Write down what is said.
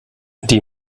die